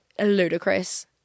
ludicrous